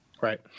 right